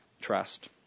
trust